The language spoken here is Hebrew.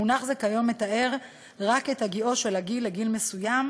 מונח זה מתאר כיום רק את הגיעו של האדם לגיל מסוים,